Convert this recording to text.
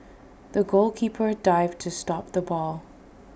the goalkeeper dived to stop the ball